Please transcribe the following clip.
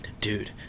dude